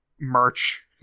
merch